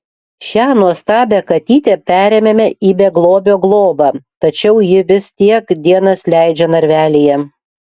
šią nuostabią katytę perėmėme į beglobio globą tačiau ji vis tiek dienas leidžia narvelyje